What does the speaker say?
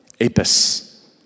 Apis